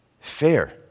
Fair